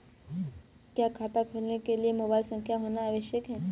क्या खाता खोलने के लिए मोबाइल संख्या होना आवश्यक है?